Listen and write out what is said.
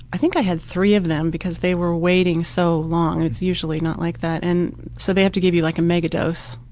i think i had three of them because they were waiting so long and it's usually not like that and so they had to give you like a mega dose.